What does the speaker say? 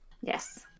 Yes